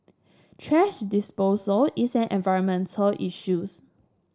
thrash disposal is an environmental issues